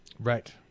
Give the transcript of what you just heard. Right